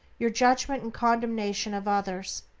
your judgment and condemnation of others?